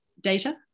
data